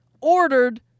ordered